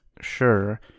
Sure